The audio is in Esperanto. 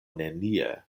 nenie